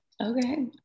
Okay